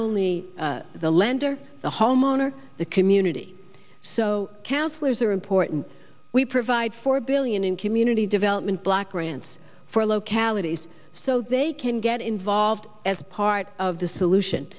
only the lender the homeowner the community so counselors are important we provide four billion in community development block grants for localities so they can get involved as part of the solution